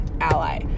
ally